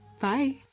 Bye